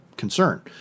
concern